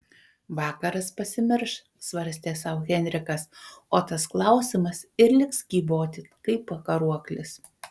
vakaras pasimirš svarstė sau henrikas o tas klausimas ir liks kyboti kaip pakaruoklis